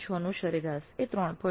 6 નું સરેરાશ એ 3